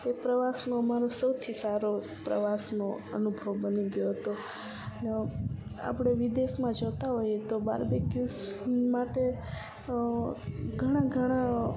તે પ્રવાસમાં મારો સૌથી સારો પ્રવાસનો અનુભવ બની ગયો હતો ને આપણે વિદેશમાં જતાં હોઈએ તો બાર્બીક્યુઝ માટે ઘણા ઘણા